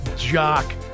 jock